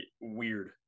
weird